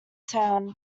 town